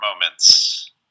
moments